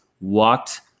walked